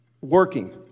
working